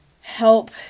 help